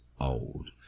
old